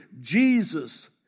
Jesus